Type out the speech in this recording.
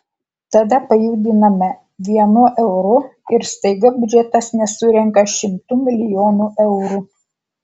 tada pajudiname vienu euru ir staiga biudžetas nesurenka šimtų milijonų eurų